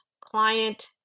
client